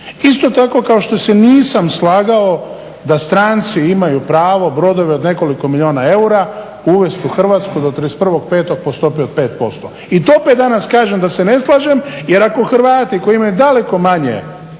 Isto tako kao što se nisam slagao da stranci imaju pravo brodove od nekoliko milijuna eura uvesti u Hrvatsku do 31.5. po stopi od 5%. I to opet danas kažem da se ne slažem jer ako Hrvati koji imaju daleko manje